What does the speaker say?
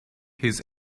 his